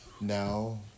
now